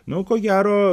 nu ko gero